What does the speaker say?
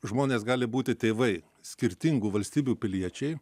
žmonės gali būti tėvai skirtingų valstybių piliečiai